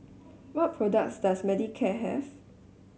what products does Manicare have